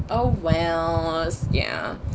oh wells ya